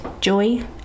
joy